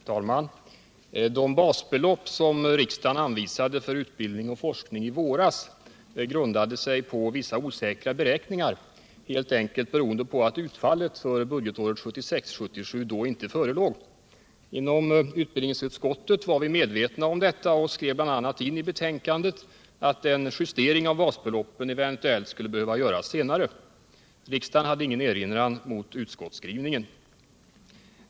Herr talman! De basbelopp som riksdagen i våras anvisade för undervisning och forskning grundade sig på vissa osäkra beräkningar, helt enkelt beroende på att utfallet för budgetåret 1976/77 då inte förelåg. Inom utbildningsutskottet var vi medvetna om detta och skrev bl.a. in i betänkandet att en justering av basbeloppen eventuellt kan behöva göras senare. Riksdagen hade ingen erinran mot utskottsskrivningen.